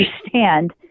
understand